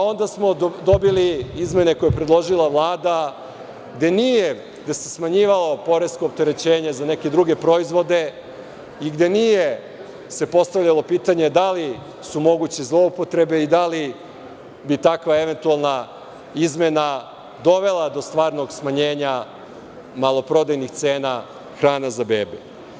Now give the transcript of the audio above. Onda smo dobili izmene koje je predložila Vlada, gde se smanjivalo poresko opterećenje za neke druge proizvode i gde se nije postavljalo pitanje da li su moguće zloupotrebe i da li bi takva eventualna izmena dovela do stvarnog smanjenja maloprodajnih cena hrane za bebe.